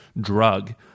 drug